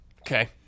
Okay